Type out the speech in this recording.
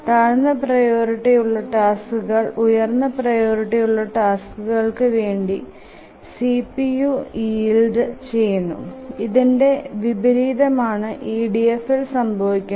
താഴ്ന്ന പ്രിയോറിറ്റി ഉള്ള ടാസ്കുകൾ ഉയർന്ന പ്രിയോറിറ്റി ഉള്ള ടാസ്കുകൾകു വേണ്ടി cpu യീൽഡ് ചെയുന്നു ഇതിന്റെ വിപരീതമാണ് EDFഇൽ സംഭവിക്കുന്നത്